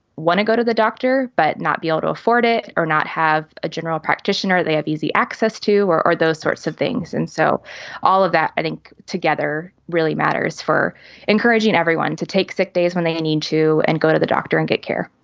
want to go to the doctor, but not be able to afford it or not have a general practitioner. they have easy access to or or those sorts of things. and so all of that, i think together really matters for encouraging everyone to take sick days when they need to and go to the doctor and get care